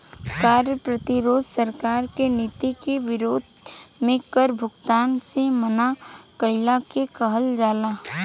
कार्य प्रतिरोध सरकार के नीति के विरोध में कर भुगतान से मना कईला के कहल जाला